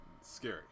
scary